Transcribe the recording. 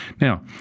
Now